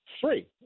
free